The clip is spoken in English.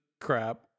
crap